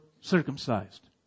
circumcised